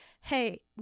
Hey